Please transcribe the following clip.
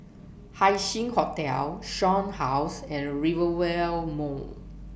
Haising Hotel Shaw House and Rivervale Mall